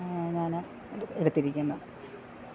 ഞാൻ എടുത്തിരിക്കുന്നത്